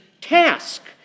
task